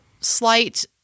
slight